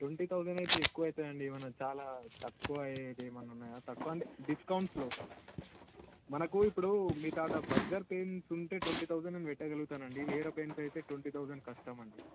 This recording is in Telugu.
ట్వంటీ తౌజండ్ అయితే ఎక్కువ అవుతుందండి ఏమన్నా చాలా తక్కువ ఏమన్నా ఉన్నాయా తక్కువ అంటే డిస్కౌంట్స్లో మనకు ఇప్పుడు మీ కాడ బడ్జెట్ పెయింట్స్ ఉంటే ట్వంటీ తౌజండ్ నేను పెట్టగలుగుతానండి వేరే పెయింట్స్ అయితే ట్వంటీ తౌజండ్ కష్టం అండి